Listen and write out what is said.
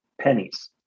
pennies